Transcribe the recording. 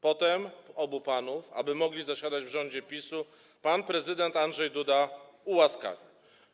Potem obu panów, aby mogli zasiadać w rządzie PiS-u, pan prezydent Andrzej Duda ułaskawił.